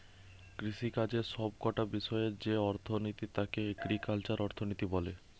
কৃষিকাজের সব কটা বিষয়ের যেই অর্থনীতি তাকে এগ্রিকালচারাল অর্থনীতি বলে